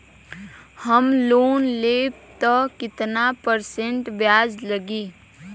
हम लोन लेब त कितना परसेंट ब्याज लागी?